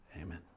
Amen